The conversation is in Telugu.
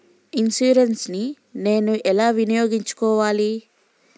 ఇన్సూరెన్సు ని నేను ఎలా వినియోగించుకోవాలి?